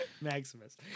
Maximus